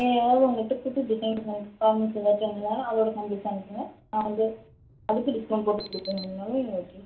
வேறு எதாவது உங்கள்கிட்ட புது டிசைன் ஃபாரமல்ஸ் எதாச்சும் இருந்தாலும் அதோட சாம்பிள்ஸ் அனுப்புங்க நான் வந்து அதுக்கு டிஸ்க்கவுண்ட் போட்டு கொடுக்க முடியுமானாலும் எங்களுக்கு ஓகே